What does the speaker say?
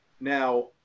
Now